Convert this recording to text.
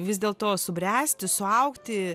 vis dėlto subręsti suaugti